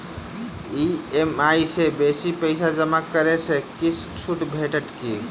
EMI सँ बेसी पैसा जमा करै सँ किछ छुट भेटत की?